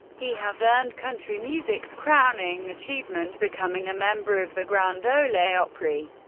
he has earned country music's crowning achievement, becoming a member of the grand ole opry.